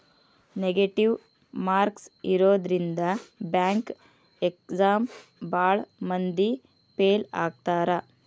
negative marks ಇರೋದ್ರಿಂದ bank exam ಭಾಳ್ ಮಂದಿ ಫೇಲ್ ಆಗ್ತಾರಾ